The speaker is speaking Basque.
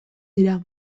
dira